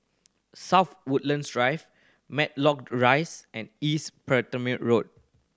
South Woodlands Drive Matlock Rise and East Road